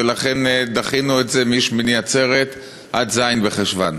ולכן דחינו את זה משמיני עצרת עד ז' בחשוון.